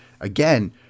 Again